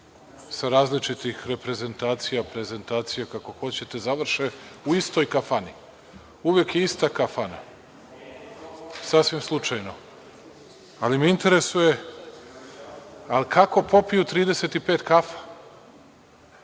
sa različitih reprezentacija, prezentacija, kako hoćete, završi u istoj kafani. Uvek je ista kafana, sasvim slučajno. Ali, me interesuje, ali kako popiju 35 kafa?